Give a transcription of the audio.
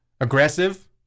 Aggressive